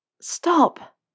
Stop